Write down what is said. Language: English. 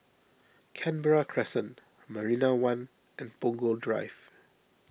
Canberra Crescent Marina one and Punggol Drive